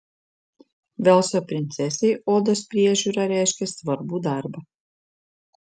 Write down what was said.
velso princesei odos priežiūra reiškė svarbų darbą